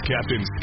Captain